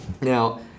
Now